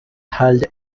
held